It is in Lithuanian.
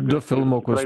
du filmukus